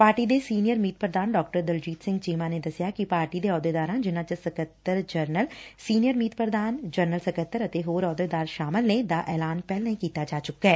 party ਦੇ senior ਮੀਤ ਪ੍ਰਧਾਨ ਡਾ ਦਲਜੀਤ ਸਿੰਘ ਚੀਮਾ ਨੇ ਦਸਿਆ ਕਿ ਪਾਰਟੀ ਦੇ ਅਹੁੱਦੇਦਾਰ ਜਿਨਾਂ ਚ ਸਕੱਤਰ ਜਨਰਲ ਸੀਨੀਅਰ ਮੀਤ ਪ੍ਰਧਾਨ ਜਨਰਲ ਸਕੱਤਰ ਅਤੇ ਹੋਰ ਅਹੁੱਦੇਦਾਰ ਸ਼ਾਮਲ ਨੇ ਦਾ ਐਲਾਨ ਪਹਿਲਾਂ ਹੀ ਕੀਤਾ ਜਾ ਚੁੱਕੈ